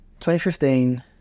2015